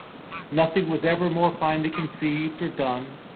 nothing was ever more finely conceived or done.